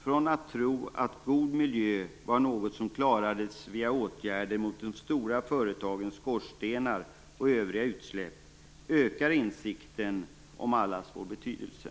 Från tron att god miljö var något som klarades via åtgärder mot de stora företagens skorstenar och övriga utsläpp, ökar insikten om allas vår betydelse.